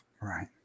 Right